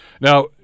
Now